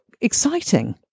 exciting